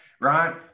right